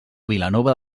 vilanova